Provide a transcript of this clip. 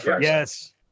Yes